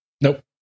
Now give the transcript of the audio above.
Nope